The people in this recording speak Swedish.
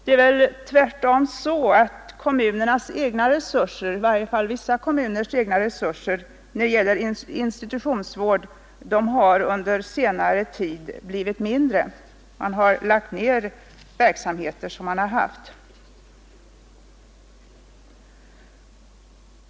Det är väl tvärtom så att kommunernas egna resurser när det gäller institutionsvård under senare tid har blivit mindre. Man har lagt ned verksamheter som man bedrivit.